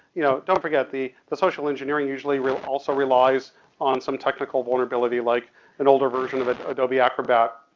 you know don't forget the, the social engineering usually re, also relies on some technical vulnerability like an older version of adobe acrobat,